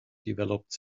developed